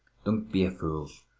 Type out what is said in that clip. don't be a fool!